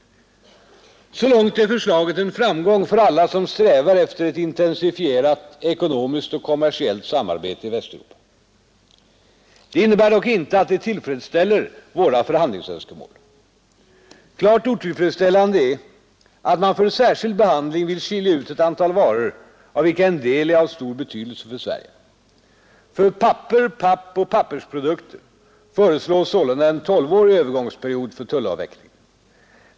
Så långt är förslaget en framgång för alla som strävar efter ett intensifierat ekonomiskt och kommersiellt samarbete i Västeuropa. Det innebär dock inte att det tillfredsställer våra förhandlingsönskemål. Klart otillfredsställande är att man för särskild behandling vill skilja ut ett antal varor, av vilka en del är av stor betydelse för Sverige. För papper, papp och pappersprodukter föreslås sålunda en tolvårig övergångsperiod för tullavvecklingen.